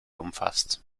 umfasst